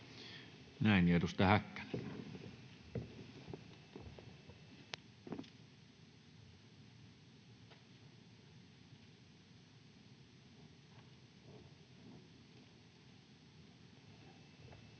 — Ja edustaja Häkkänen.